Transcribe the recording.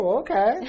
okay